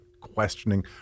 questioning